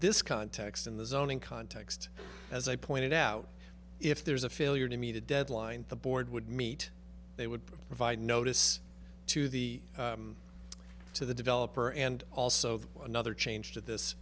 this context in the zoning context as i pointed out if there's a failure to meet a deadline the board would meet they would provide notice to the to the developer and also the another change to this